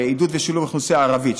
בעידוד ובשילוב של האוכלוסייה ערבית,